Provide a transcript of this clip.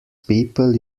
people